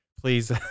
please